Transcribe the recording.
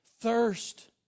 thirst